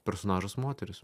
personažas moteris